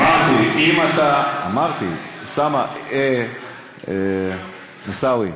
אמרתי, אוסאמה, עיסאווי,